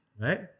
Right